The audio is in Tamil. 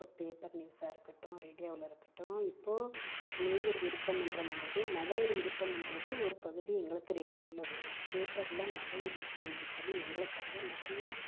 இப்போ பேப்பர் நியூஸாக இருக்கட்டும் ரேடியோவில் இருக்கட்டும் இப்போது நேயர் விருப்பம் என்ற மாதிரி மகளிர் விருப்பம் என்றது ஒரு பகுதி எங்களுக்கு ரேடியோவில் வேணும் பேப்பரில் மகளிர் மட்டுமுன்னு சொல்லி எங்களுக்காக நிறையா